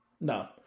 No